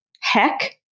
Heck